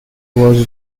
was